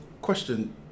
Question